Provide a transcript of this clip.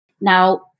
Now